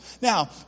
Now